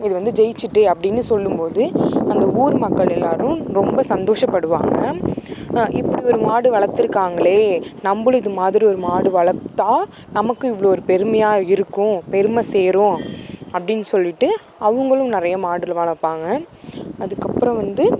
இது வந்து ஜெய்ச்சுட்டு அப்படின்னு சொல்லும்போது அந்த ஊர் மக்கள் எல்லோரும் ரொம்ப சந்தோஷப்படுவாங்க இப்படி ஒரு மாடு வளத்திருக்காங்களே நம்மளும் இது மாதிரி ஒரு மாடு வளர்த்தா நமக்கு இவ்வளோ ஒரு பெருமையாக இருக்கும் பெருமை சேரும் அப்டின்னு சொல்லிட்டு அவங்களும் நிறைய மாடுகளை வளர்ப்பாங்க அதுக்கப்புறம் வந்து